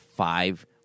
five